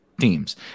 teams